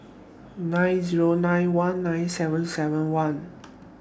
nine Zero nine one nine seven seven one